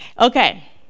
Okay